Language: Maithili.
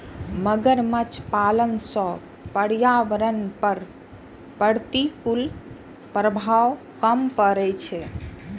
मगरमच्छ पालन सं पर्यावरण पर प्रतिकूल प्रभाव कम पड़ै छै